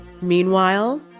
Meanwhile